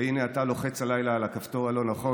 והינה, אתה לוחץ הלילה על הכפתור הלא-נכון.